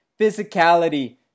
Physicality